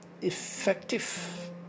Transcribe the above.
effective